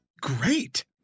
great